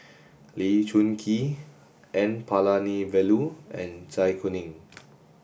Lee Choon Kee N Palanivelu and Zai Kuning